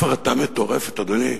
הפרטה מטורפת, אדוני.